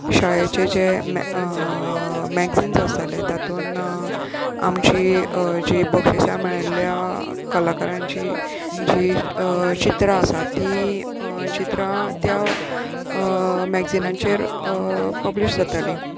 शाळेचे जे मॅ मॅगजिन्स आसताले तातूंत आमची जीं बक्षिसांय मेळिल्ल्या कलाकारांची जीं चित्रां आसात तीं चित्रां त्या मॅगजिनांचेर पब्लिश जातालीं